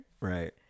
Right